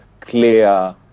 clear